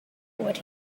what